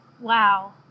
Wow